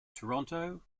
toronto